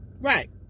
Right